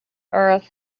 earth